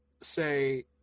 say